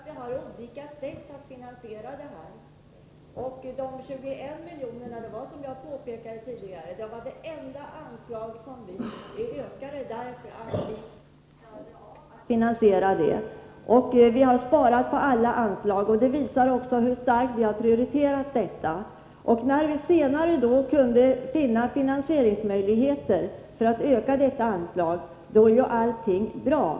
Fru talman! Det är riktigt att vi har anvisat olika sätt för finansieringen. Anslaget på 21 milj.kr. var, som jag påpekade tidigare, det enda anslag som höjdes, därför att vi klarade finansieringen. Vi har sparat när det gäller alla andra anslag, vilket också visar hur starkt vi har prioriterat den här saken. När vi senare kunde finna finansieringsmöjligheter för en ökning av anslaget, var ju allting bra.